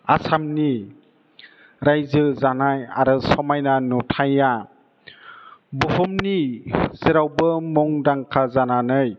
आसामनि रायजो जानाय आरो समायना नुथाया बुहुमनि जेरावबो मुंदांखा जानानै